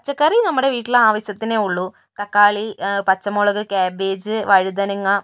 പച്ചക്കറി നമ്മുടെ വീട്ടിൽ ആവശ്യത്തിനെ ഉള്ളൂ തക്കാളി പച്ചമുളക് ക്യാബേജ് വഴുതനങ്ങ